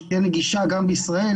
שתהיה נגישה גם בישראל,